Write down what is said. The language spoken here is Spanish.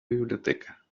biblioteca